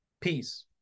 Peace